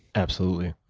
absolutely.